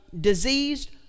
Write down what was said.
diseased